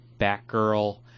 Batgirl